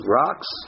rocks